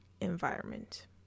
environment